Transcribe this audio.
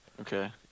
Okay